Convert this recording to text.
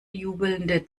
jubelnde